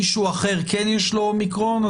מישהו אחר כן יש לו אומיקרון,